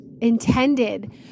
intended